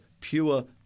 pure